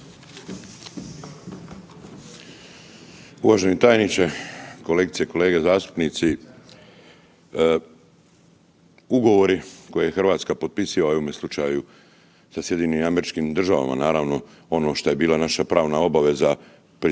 Uvaženi tajniče, kolegice i kolege zastupnici. Ugovori koje Hrvatska potpisiva u ovome slučaju sa SAD-om naravno, ono što je bila naša pravna obaveza pri,